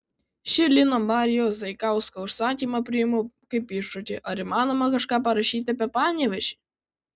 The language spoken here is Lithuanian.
šį lino marijaus zaikausko užsakymą priimu kaip iššūkį ar įmanoma kažką parašyti apie panevėžį